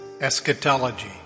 eschatology